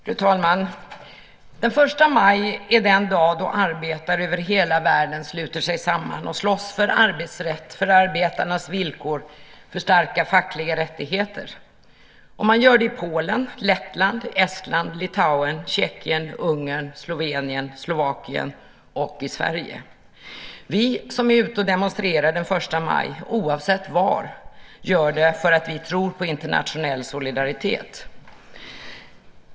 Fru talman! Första maj är den dag då arbetare över hela världen sluter sig samman och slåss för arbetsrätt, för arbetarnas villkor, för starka fackliga rättigheter. Och man gör det i Polen, Lettland, Estland, Litauen, Tjeckien, Ungern, Slovenien, Slovakien och Sverige. Vi som är ute och demonstrerar första maj, oavsett var, gör det för att vi tror på internationell solidaritet.